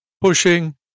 pushing